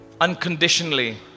unconditionally